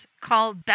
called